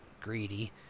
greedy